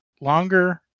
longer